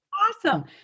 Awesome